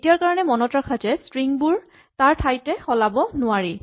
এতিয়াৰ কাৰণে মনত ৰাখা যে ষ্ট্ৰিং বোৰ তাৰ ঠাইতে সলাব নোৱাৰি